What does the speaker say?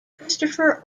christopher